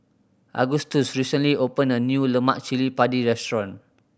Agustus recently opened a new lemak cili padi restaurant